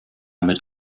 mit